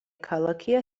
ქალაქია